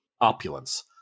opulence